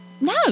No